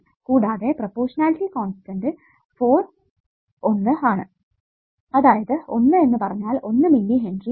കൂടാതെ proportionality constant for l ആണ് അതായത് l എന്ന് പറഞ്ഞാൽ 1 മില്ലിഹെൻറി ആണ്